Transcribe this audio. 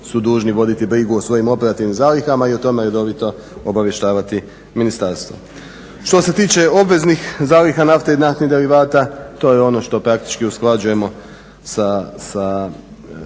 su dužni voditi brigu o svojim operativnim zalihama i o tome redovito obavještavati ministarstvo. Što se tiče obveznih zaliha nafte i naftnih derivata, to je ono što praktički usklađujemo sa